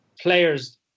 players